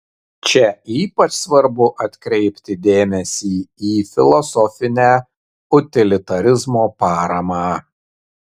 čia ypač svarbu atkreipti dėmesį į filosofinę utilitarizmo paramą